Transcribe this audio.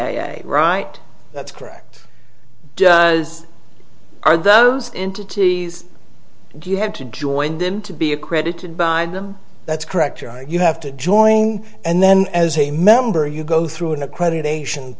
the right that's correct are those entities do you have to join them to be accredited by them that's correct you have to join and then as a member you go through an accreditation